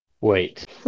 Wait